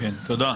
תודה.